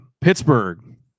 pittsburgh